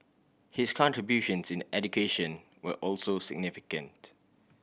his contributions in education were also significant